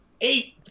eight